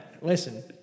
Listen